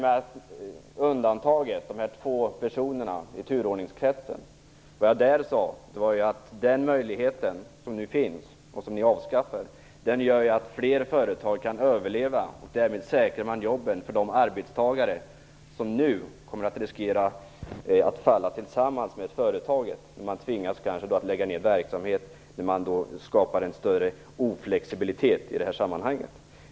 Om undantaget beträffande två personer inom turordningskretsen sade jag att den möjlighet som nu finns, men som ni avskaffar, gör att fler företag kan överleva och att man därmed säkrar jobben för de arbetstagare som nu riskerar att falla tillsammans med företagen. Man tvingas kanske lägga ned verksamhet när en större oflexibilitet skapas i det här sammanhanget.